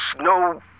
no